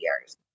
years